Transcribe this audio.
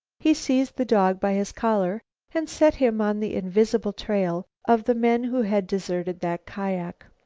he seized the dog by his collar and set him on the invisible trail of the men who had deserted that kiak.